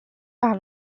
par